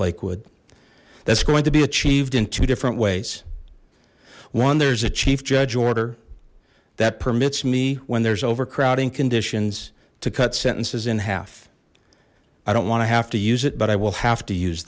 lakewood that's going to be achieved in two different ways one there's a chief judge order that permits me when there's overcrowding conditions to cut sentences in half i don't want to have to use it but i will have to use